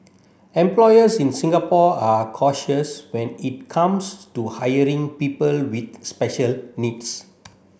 employers in Singapore are cautious when it comes to hiring people with special needs